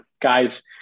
Guys